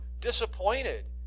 disappointed